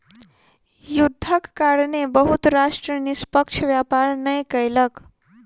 युद्धक कारणेँ बहुत राष्ट्र निष्पक्ष व्यापार नै कयलक